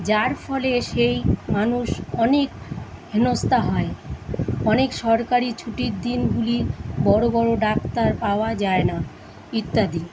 যার ফলে সেই মানুষ অনেক হেনস্তা হয় অনেক সরকারি ছুটির দিনগুলি বড়ো বড়ো ডাক্তার পাওয়া যায় না ইত্যাদি